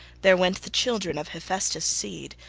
there went the children of hephaestus' seed,